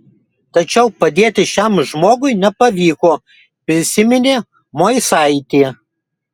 tačiau padėti šiam žmogui nepavyko prisiminė moisaitė